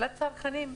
לצרכנים,